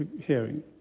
hearing